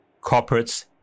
corporates